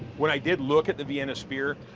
but i did look at the vienna spear,